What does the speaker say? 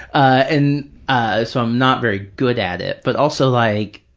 and ah so i'm not very good at it, but also like,